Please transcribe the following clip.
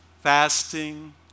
fasting